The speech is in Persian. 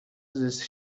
زیست